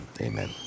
amen